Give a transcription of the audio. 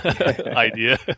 idea